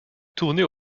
tournée